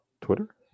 Twitter